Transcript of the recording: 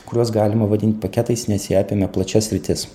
kuriuos galima vadint paketais nes jie apėmė plačias sritis